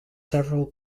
several